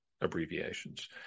abbreviations